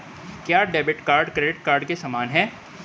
क्या debit card credit card के समान है?